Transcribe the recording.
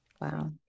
wow